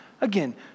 Again